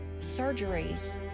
surgeries